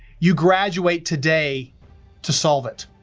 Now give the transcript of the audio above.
you graduate today to solve it.